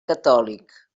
catòlic